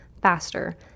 faster